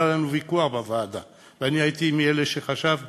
היה לנו ויכוח בוועדה והייתי מאלה שחשבו